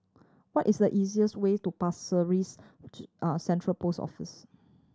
what is the easiest way to Pasir Ris Central Post Office